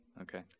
Okay